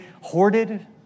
hoarded